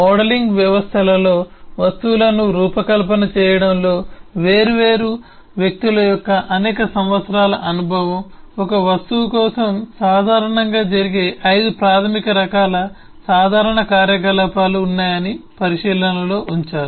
modelling వ్యవస్థలలో వస్తువులను రూపకల్పన చేయడంలో వేర్వేరు వ్యక్తుల యొక్క అనేక సంవత్సరాల అనుభవం ఒక వస్తువు కోసం సాధారణంగా జరిగే 5 ప్రాథమిక రకాల సాధారణ కార్యకలాపాలు ఉన్నాయని పరిశీలనలో ఉంచారు